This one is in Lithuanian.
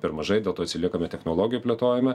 per mažai dėl to atsiliekame technologijų plėtojime